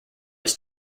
his